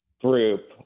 group